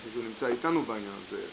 אני חושב שהוא נמצא איתנו בעניין הזה.